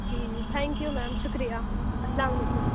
جی جی thank you ma'am شُکریہ السّلام علیکم